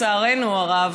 לצערנו הרב,